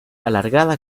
alargada